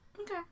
Okay